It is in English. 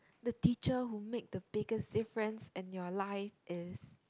the teacher who make the biggest difference in your life is